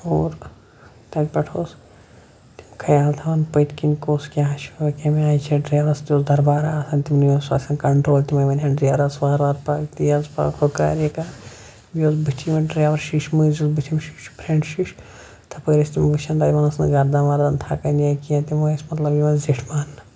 اور تَتہِ پٮ۪ٹھ اوس تِم خیال تھَوان پٔتھۍ کِنۍ کُس کیٛاہ چھُ کیٚمہِ آے چھُ ڈرٛیوَر سۭتۍ اوس دربارہ آسان تِمنٕے اوس آسَن کَنٹرٛول تِمَے وَنہِ ہن ڈرٛیوَرس وارٕ وارٕ پَکھ تیز پَکھ ہُہ کَر یہِ کَر بیٚیہِ اوس بٕتھِ یِوان درٛیوَر شیٖشہِ مٔنٛزۍ یُس بٔتھیُم شیٖشہِ فرنٛٹ شیٖشہِ تَپٲرۍ ٲسۍ تِم وٕچھان تِمَن ٲس نہٕ گردَن وَردَن تھکان یا کینٛہہ تِم ٲسۍ مطلب یِوان زِٹھۍ ماننہٕ